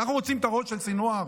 אנחנו רוצים את הראש של סנוואר.